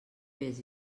vés